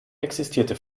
existierte